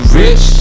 rich